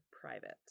private